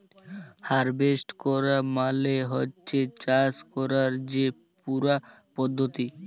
harvest ক্যরা মালে হছে চাষ ক্যরার যে পুরা পদ্ধতি